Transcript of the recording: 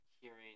hearing